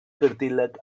cartílag